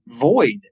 void